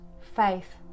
faith